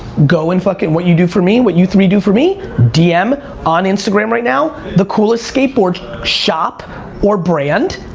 go and fuckin' what you do for me, what you three do for me, dm on instagram, right now, the coolest skateboard shop or brand,